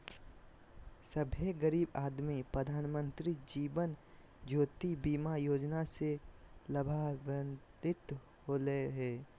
सभे गरीब आदमी प्रधानमंत्री जीवन ज्योति बीमा योजना से लाभान्वित होले हें